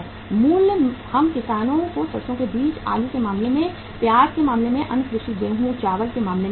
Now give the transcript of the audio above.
मूल्य हम किसानों को सरसों के बीज आलू के मामले में प्याज के मामले में अन्य कृषि गेहूं चावल के मामले में देते हैं